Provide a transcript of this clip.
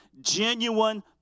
genuine